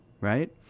right